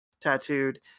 tattooed